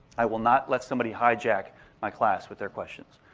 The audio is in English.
i will not let somebody hijack my class with their questions.